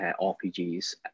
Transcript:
RPGs